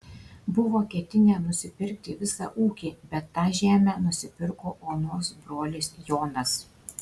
buvo ketinę nusipirkti visą ūkį bet tą žemę nusipirko onos brolis jonas